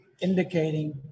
indicating